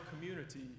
community